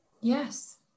Yes